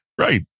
Right